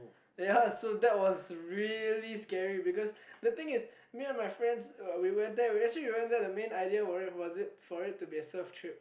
ya so that was really scary because the thing is me and my friends we went there actually we went there the main idea worry was for it to be a serve trip